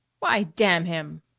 why, damn him!